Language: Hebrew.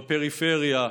בפריפריה,